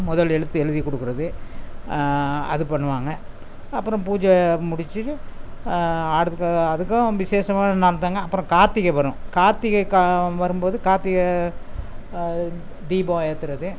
முதல் எழுத்து எழுதி கொடுக்குறது அது பண்ணுவாங்க அப்புறம் பூஜை முடிச்சு அதுக்கும் விசேஷமான நாள்தாங்க அப்புறம் கார்த்திகை வரும் கார்த்திகைக்கு வரும்போது கார்த்திக தீபம் ஏத்துறது